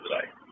today